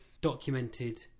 Documented